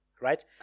Right